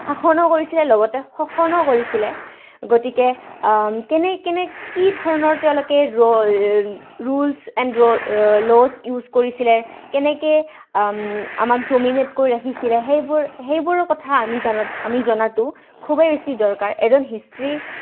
শাসনো কৰিছিলে লগতে শোষণো কৰিছিলে গতিকে কেনে কেনে কি ধৰণৰ তেওঁলোকে ৰোল্চ এণ্ড লজ ইউজ কৰিছিলে কেনেকৈ আমাক ডমিনেট কৰি ৰাখিছিলে সেইবোৰ সেইবোৰৰ কথা আমি জনাত আমি জনাটো খুবেই বেছি দৰকাৰ এজন হিষ্ট্ৰি